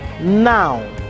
now